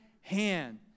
hand